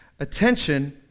attention